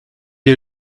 est